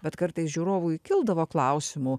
bet kartais žiūrovui kildavo klausimų